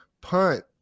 punt